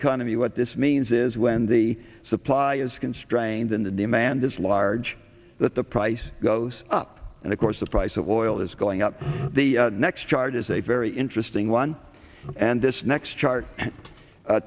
economy what this means is when the supply is constrained in the demand it's large that the price goes up and of course the price of oil is going up the next charge is a very interesting one and this next chart